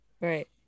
Right